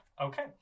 Okay